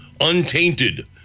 untainted